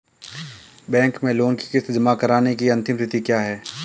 Bank में loan की किश्त जमा कराने की अंतिम तिथि क्या है?